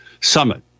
summit